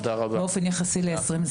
באופן יחסי ל-2023.